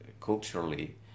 culturally